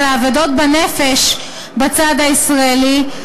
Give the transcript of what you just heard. על האבדות בנפש בצד הישראלי,